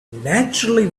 naturally